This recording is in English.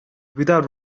without